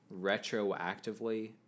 retroactively